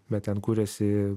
bet ten kuriasi